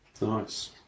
Nice